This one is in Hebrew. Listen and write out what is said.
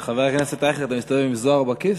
חבר הכנסת אייכלר, אתה מסתובב עם זוהר בכיס?